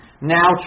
now